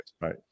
Right